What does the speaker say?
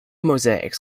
mosaics